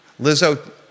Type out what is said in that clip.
Lizzo